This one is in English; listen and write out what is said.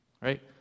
right